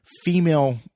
female